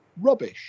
rubbish